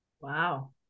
Wow